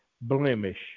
blemish